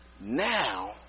now